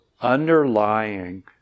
underlying